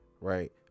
Right